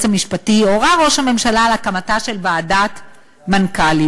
המשפטי הורה ראש הממשלה להקים ועדת מנכ"לים.